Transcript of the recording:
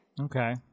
okay